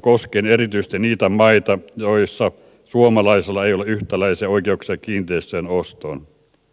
koskien erityisesti niitä maita joissa suomalaisilla ei ole yhtäläisiä oikeuksia kiinteistöjen ostoon